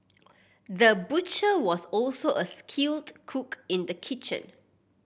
the butcher was also a skilled cook in the kitchen